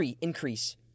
increase